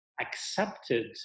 accepted